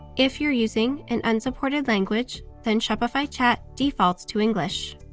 if you're using an unsupported language, then shopify chat defaults to english.